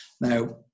now